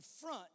front